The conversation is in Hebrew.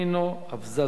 נינו אבסדזה.